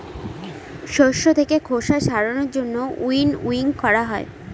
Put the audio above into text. শস্য থাকে খোসা ছাড়ানোর জন্য উইনউইং করা হয়